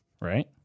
right